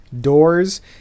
doors